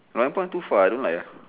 loyang point too far I don't like ah